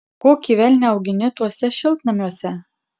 kokį velnią augini tuose šiltnamiuose